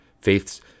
faith's